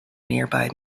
nearby